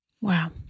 Wow